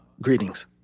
Greetings